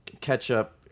ketchup